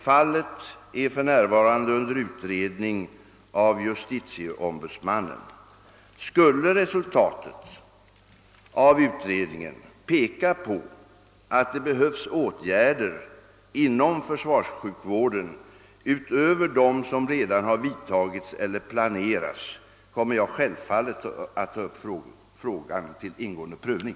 Fallet är för närvarande under utredning av justitieombudsmannen. Skulle resultatet av utredningen peka på att det behövs åt gärder inom försvarssjukvården utöver dem som redan har vidtagits eller planeras, kommer jag självfallet att ta upp frågan till ingående prövning.